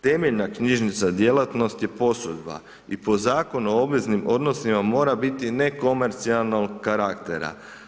Temeljna knjižnična djelatnost je posudba i po Zakonu o obveznim odnosima, mora biti nekomercijalnog karaktera.